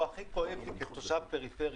והוא הכי כואב לי כתושב פריפריה,